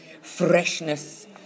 freshness